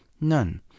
None